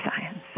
Science